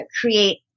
create